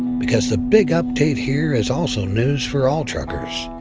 because the big update here is also news for all truckers.